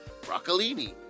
broccolini